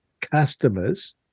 customers